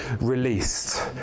released